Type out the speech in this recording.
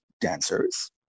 dancers